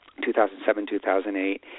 2007-2008